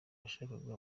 washakaga